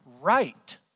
right